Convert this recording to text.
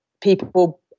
people